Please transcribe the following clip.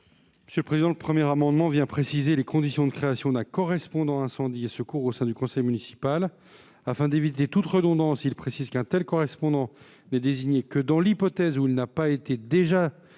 M. le rapporteur. Le présent amendement vise à préciser les conditions de création d'un correspondant incendie et secours au sein du conseil municipal. Afin d'éviter toute redondance, il tend à préciser qu'un tel correspondant n'est désigné que dans l'hypothèse où n'a pas déjà